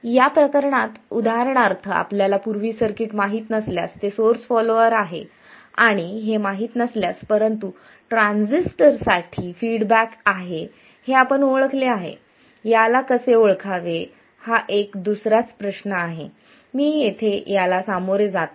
या प्रकरणात उदाहरणार्थ आपल्याला पूर्वी सर्किट माहित नसल्यास ते सोर्स फॉलॉअर आहे हे माहित नसल्यास परंतु ट्रांझिस्टर साठी फीडबॅक आहे हे आपण ओळखले आहे याला कसे ओळखावे हा एक हा दुसराच प्रश्न आहे मी येथे याला सामोरे जात नाही